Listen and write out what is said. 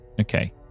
Okay